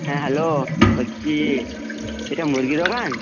হ্যাঁ হ্যালো বলছি এটা মুরগি দোকান